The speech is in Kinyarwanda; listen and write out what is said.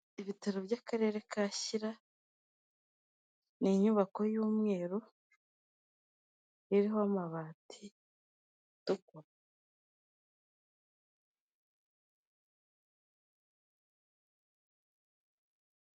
Ibitaro by'akarere ka Shyira ni inyubako y'umweru iriho amabati.